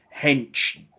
hench